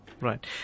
right